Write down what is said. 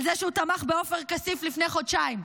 על זה שהוא תמך בעופר כסיף לפני חודשיים,